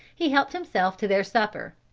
he helped himself to their supper.